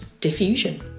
diffusion